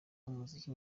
umuziki